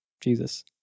Jesus